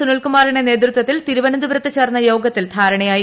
സുനിൽകുമാറിന്റെ നേതൃത്വ ത്തിൽ തിരുവനന്തപുരത്ത് ചേർന്ന യോഗത്തിൽ ധാര ണയായി